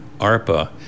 ARPA